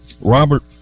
robert